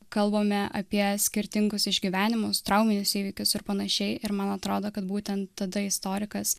kalbame apie skirtingus išgyvenimus trauminius įvykius ir panašiai ir man atrodo kad būtent tada istorikas